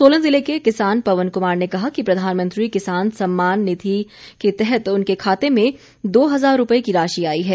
सोलन जिले के किसान पवन कुमार ने कहा कि प्रधानमंत्री किसान सम्मान निधि के तहत उनके खाते में दो हजार रुपए की राशि आई है